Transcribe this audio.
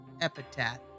Epitaph